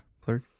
Clerk